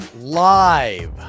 live